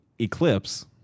Eclipse